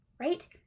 right